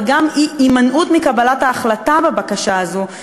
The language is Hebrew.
וגם הימנעות מקבלת החלטה בבקשה הזאת,